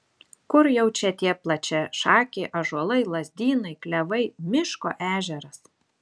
kur jau čia tie plačiašakiai ąžuolai lazdynai klevai miško ežeras